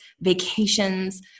vacations